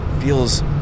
feels